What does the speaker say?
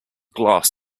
glass